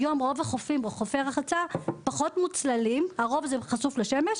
היום רוב החופים וחופי הרחצה פחות מוצלים ויותר חשופים לשמש,